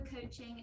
coaching